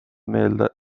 meelde